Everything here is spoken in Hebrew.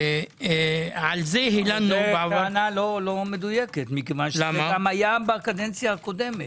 זו טענה לא מדויקת, כי זה גם היה בקדנציה הקודמת,